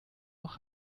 noch